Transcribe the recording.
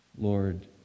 Lord